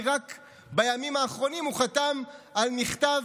כי רק בימים האחרונים הוא חתם על מכתב